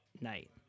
night